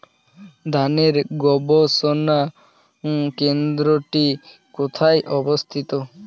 ধানের গবষণা কেন্দ্রটি কোথায় অবস্থিত?